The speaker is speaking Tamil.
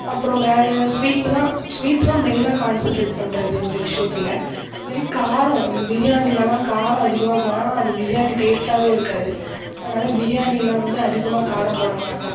அப்புறம் வேறு ஸ்வீட்டுதான் ஸ்வீட்டுதான் மெயினாக கான்சன்ரேட் பண்ணுறது இந்த விஷயத்தில் அதுமாதிரி காரம் பிரியாணிலெலாம் காரம் அதிகமாகப் போனால் அது பிரியாணி டேஸ்டாகவே இருக்காது அதனால பிரியாணியில் வந்து அதிகமாக காரம் போட மாட்டோம்